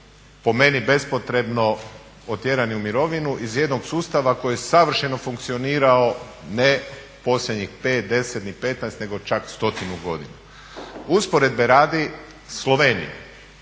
po meni bespotrebno otjerani u mirovinu iz jednog sustava koji je savršeno funkcionirao ne posljednjih 5, 10, ni 15 nego čak stotinu godinu. Usporedbe radi Slovenija